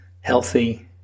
healthy